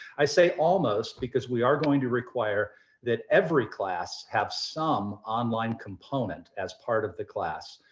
i say almost because we are going to require that every class have some online component as part of the class.